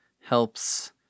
helps